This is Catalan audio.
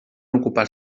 ocupar